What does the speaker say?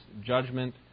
judgment